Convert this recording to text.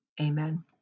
Amen